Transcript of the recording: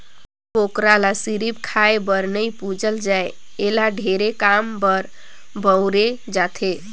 बोकरा ल सिरिफ खाए बर नइ पूजल जाए एला ढेरे काम बर बउरे जाथे